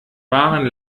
waren